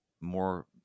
more